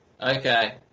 Okay